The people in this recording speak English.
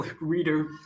Reader